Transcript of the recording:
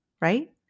right